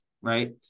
Right